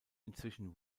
inzwischen